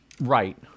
Right